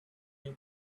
you